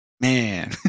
Man